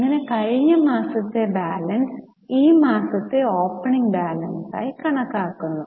അങ്ങനെ കഴിഞ്ഞ മാസത്തെ ബാലൻസ് ഈ മാസത്തെ ഓപ്പണിങ് ബാലൻസ് ആയി കണക്കാക്കുന്നു